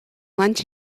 lunch